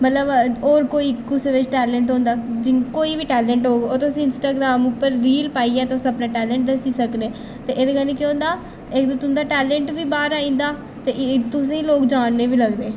मतलब होर कोई कुसै बिच्च टैलेंट होंदा जि कोई बी टैलंट होग ओह् तुस इंस्टाग्राम उप्पर रील पाइयै तुस अपना टैलेंट दस्सी सकदे ते एह्दे कन्नै केह् होंदा इक ते तुं'दा टैलंट बी बाह्र आई जंदा ते तुसें गी लोक जानने बी लगदे